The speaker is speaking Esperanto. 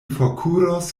forkuros